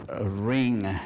ring